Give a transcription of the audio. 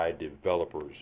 developers